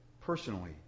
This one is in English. personally